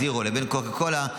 זירו וקוקה קולה,